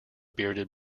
bearded